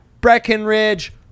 Breckenridge